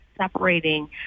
separating